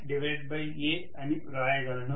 దీనిని A అని వ్రాయగలను